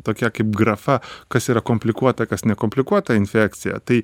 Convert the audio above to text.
tokia kaip grafa kas yra komplikuota kas nekomplikuota infekcija tai